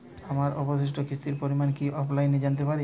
আমার অবশিষ্ট কিস্তির পরিমাণ কি অফলাইনে জানতে পারি?